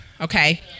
Okay